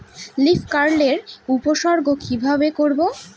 Leaf curl এর উপসর্গ কিভাবে করব?